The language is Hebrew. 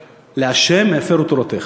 לה' הפרו תורתך.